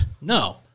No